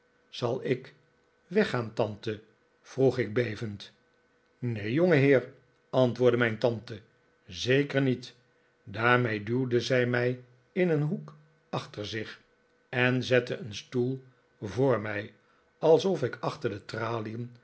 zal ik weggaan tante vroeg ik bevend neen jongeheer antwoordde mijn tante zeker niet daarmee duwde zij mij in een hoek achter zich en zette een stoel voor mij alsof ik achter de tralien